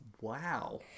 Wow